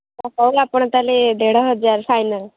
ହଉ ଆପଣ ତାହେଲେ ଦେଢ଼ ହଜାର ଫାଇନାଲ୍